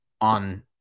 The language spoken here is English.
on